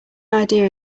idea